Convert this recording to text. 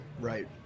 Right